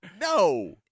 No